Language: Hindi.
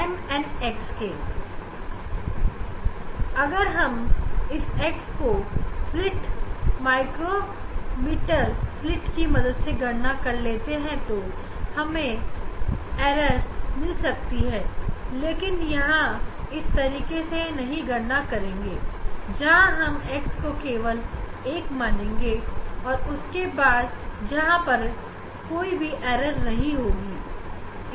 जहां अगर हम x को स्लिट माइक्रोमीटर की मदद से गणना कर लेते हैं तो हमें भूल मिल सकती है लेकिन यहां हम इस तरीके से नहीं गणना करेंगे और हम x को केवल 1 cm मानेंगे और उसके बाद कोई भी भूल नहीं रहेगी